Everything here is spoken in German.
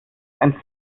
ein